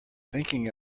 thinking